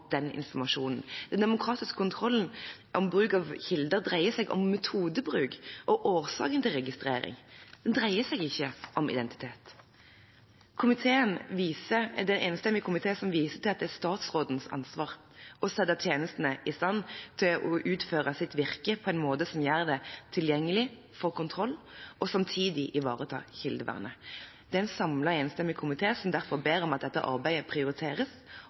den informasjonen. Den demokratiske kontrollen av bruk av kilder dreier seg om metodebruk og årsaken til registrering. Den dreier seg ikke om identitet. En enstemmig komité viser til at det er statsrådens ansvar å sette tjenestene i stand til å utføre sitt virke på en måte som gjør det tilgjengelig for kontroll, og samtidig ivareta kildevernet. Derfor er det en enstemmig komité som ber om at dette arbeidet prioriteres,